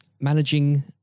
managing